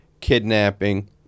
Kidnapping